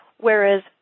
whereas